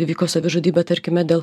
įvyko savižudybė tarkime dėl